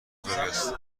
است